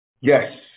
Yes